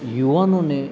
યુવાનોને